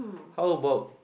how about